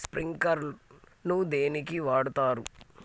Sprinkler ను దేనికి వాడుతరు?